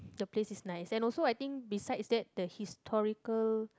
the place is nice and also I think besides that the historical